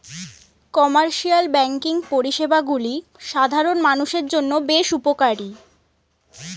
commercial banking পরিষেবাগুলি সাধারণ মানুষের জন্য বেশ উপকারী